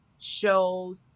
shows